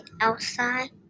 outside